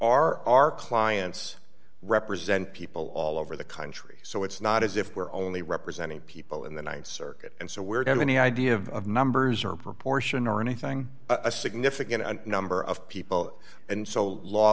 our our clients represent people all over the country so it's not as if we're only representing people in the th circuit and so weird any idea of numbers or proportion or anything but a significant number of people and so law